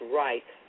right